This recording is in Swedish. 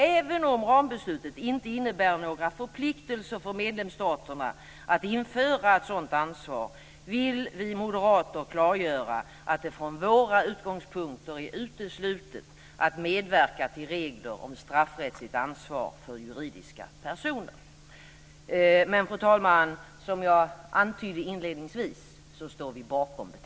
Även om rambeslutet inte innebär några förpliktelser för medlemsstaterna att införa ett sådant ansvar vill vi moderater klargöra att det från våra utgångspunkter är uteslutet att medverka till regler om straffrättsligt ansvar för juridiska personer. Men, fru talman, som jag antydde inledningsvis står vi bakom betänkandet.